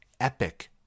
epic